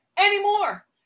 Anymore